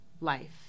life